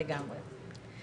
לגמרי.